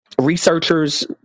researchers